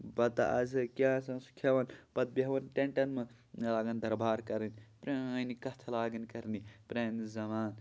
بتہٕ آسے کیاہ آسہِ سُہ کھیٚوان پَتہٕ بیٚہوان ٹینٹن منٛز لاگان دربار کَرٕنۍ پرٲنۍ کَتھٕ لاگان کَرنہِ پرانہِ زَمانہٕ